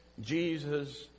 Jesus